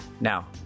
now